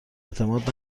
اعتماد